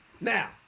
Now